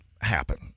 happen